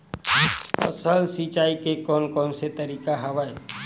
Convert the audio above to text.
फसल सिंचाई के कोन कोन से तरीका हवय?